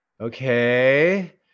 okay